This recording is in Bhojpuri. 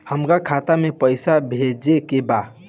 हमका खाता में पइसा भेजे के बा